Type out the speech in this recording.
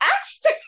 asked